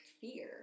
fear